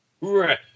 Right